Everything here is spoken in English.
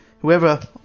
whoever